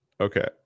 Okay